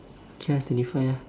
okay ah twenty five ah